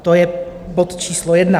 To je bod číslo jedna.